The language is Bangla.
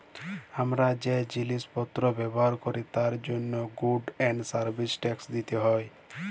হামরা যে জিলিস পত্র ব্যবহার ক্যরি তার জন্হে গুডস এন্ড সার্ভিস ট্যাক্স দিতে হ্যয়